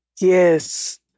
yes